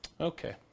Okay